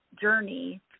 journey